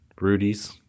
Rudy's